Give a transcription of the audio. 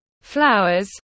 flowers